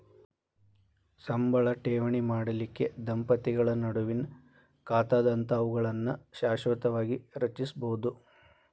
ಸಂಬಳ ಠೇವಣಿ ಮಾಡಲಿಕ್ಕೆ ದಂಪತಿಗಳ ನಡುವಿನ್ ಖಾತಾದಂತಾವುಗಳನ್ನ ಶಾಶ್ವತವಾಗಿ ರಚಿಸ್ಬೋದು